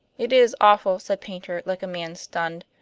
it is awful, said paynter, like a man stunned.